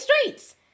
streets